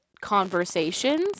conversations